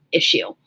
issue